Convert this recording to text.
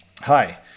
Hi